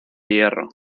hierro